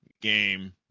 game